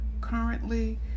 currently